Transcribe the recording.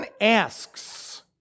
asks